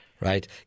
Right